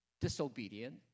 disobedient